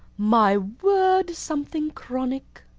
my word! something chronic.